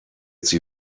sie